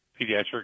pediatric